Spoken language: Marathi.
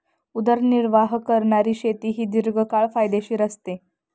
उदरनिर्वाह करणारी शेती ही दीर्घकाळ फायदेशीर असते